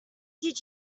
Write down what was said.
did